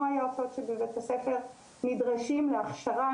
שיועצות שבבית הספר נדרשים להכשרה.